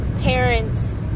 parents